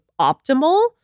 optimal